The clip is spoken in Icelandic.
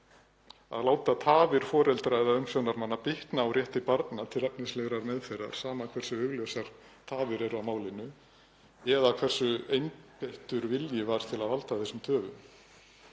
að láta tafir foreldra eða umsjónarmanna bitna á rétti barna til efnislegrar meðferðar sama hversu augljósar tafir eru á málinu eða hversu einbeittur vilji var til þess að valda þessum töfum.